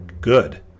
Good